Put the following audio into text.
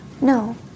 No